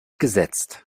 gesetzt